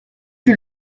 que